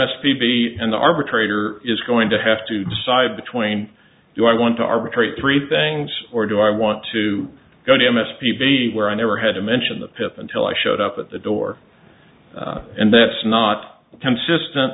s p b and the arbitrator is going to have to decide between do i want to arbitrate three things or do i want to go to m s p b where i never had to mention the pip until i showed up at the door and that's not consistent